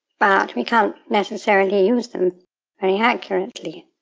but we can't necessarily use them very accurately.